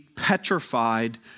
petrified